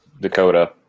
Dakota